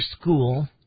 school